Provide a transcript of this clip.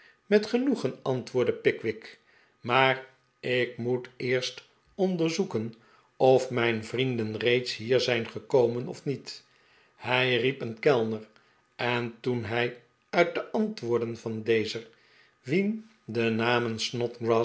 met genoegen antwoordde pickwick maar ik moet eerst onderzoeken of mijn vrienden reeds hier zijn gekomen of niet hij riep een kellner en toen hij uit de antwoorden van dezen wien de namen